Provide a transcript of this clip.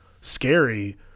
scary